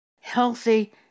healthy